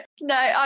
No